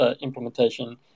implementation